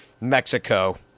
Mexico